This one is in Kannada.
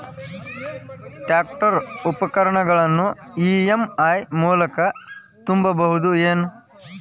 ಟ್ರ್ಯಾಕ್ಟರ್ ಉಪಕರಣಗಳನ್ನು ಇ.ಎಂ.ಐ ಮೂಲಕ ತುಂಬಬಹುದ ಏನ್?